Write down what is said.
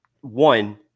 one